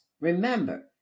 Remember